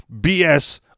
BS